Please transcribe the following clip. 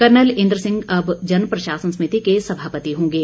colonel Indra Singh अब जन प्रशासन समिति के सभापति होंगे